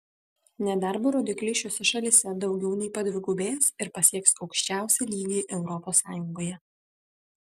nedarbo rodikliai šiose šalyse daugiau nei padvigubės ir pasieks aukščiausią lygį europos sąjungoje